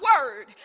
word